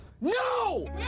no